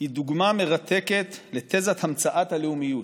מהווה דוגמה מרתקת לתזת המצאת הלאומיות.